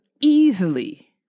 easily